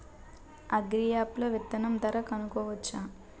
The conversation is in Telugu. అగ్రియాప్ లో విత్తనం ధర కనుకోవచ్చా?